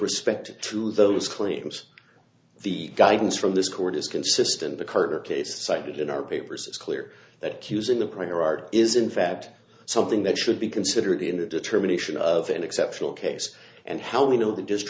respect to those claims the guidance from this court is consistent the carter case cited in our paper says clear that cues in the prior art is in fact something that should be considered in the determination of an exceptional case and how we know that just